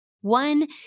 one